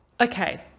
okay